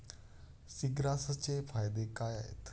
सीग्रासचे फायदे काय आहेत?